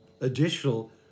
additional